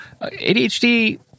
adhd